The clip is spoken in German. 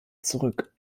zurück